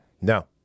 No